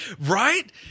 Right